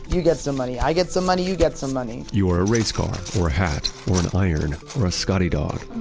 you get some money. i get some money, you get some money. you are a racecar, or a hat, or an iron, or a scottie dog.